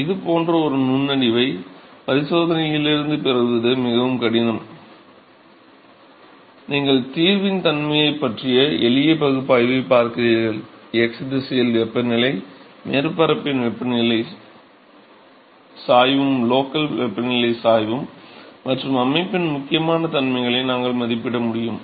இதுபோன்ற ஒரு நுண்ணறிவை பரிசோதனையிலிருந்து பெறுவது மிகவும் கடினம் நீங்கள் தீர்வின் தன்மையைப் பற்றிய எளிய பகுப்பாய்வைப் பார்க்கிறீர்கள் x திசையில் வெப்பநிலை மேற்பரப்பின் வெப்பநிலை சாய்வும் லோக்கல் வெப்பநிலை சாய்வும் மற்றும் அமைப்பின் முக்கியமான தன்மைகளை நாங்கள் மதிப்பிட முடியும்